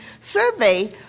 Survey